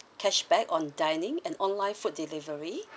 cashback on dining and online food delivery